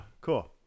cool